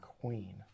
Queen